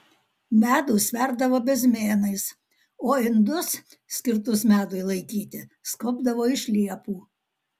medų sverdavo bezmėnais o indus skirtus medui laikyti skobdavo iš liepų